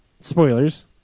Spoilers